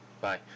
Bye